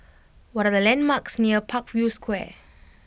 what are the landmarks near Parkview Square